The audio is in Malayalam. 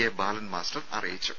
എ ബാലൻ മാസ്റ്റർ അറിയിച്ചു